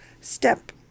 step